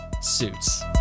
suits